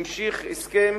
המשיך בהסכם